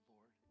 Lord